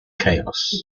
chaos